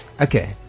okay